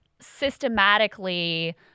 systematically